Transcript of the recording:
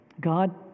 God